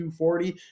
240